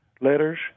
letters